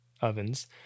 ovens